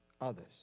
others